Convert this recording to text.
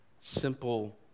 simple